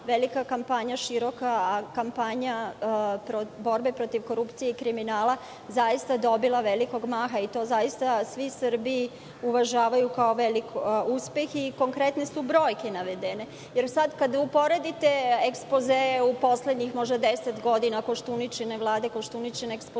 velika kampanja, široka kampanja borbe protiv korupcije i kriminala zaista dobila velikog maha. To zaista svi u Srbiji uvažavaju kao veliki uspeh i navedene su konkretne brojke. Kada sada uporedite ekspoze u poslednjih možda deset godina, možda Koštuničine Vlade, Koštuničin ekspoze,